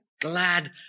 glad